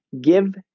Give